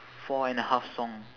four and a half song